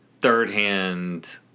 third-hand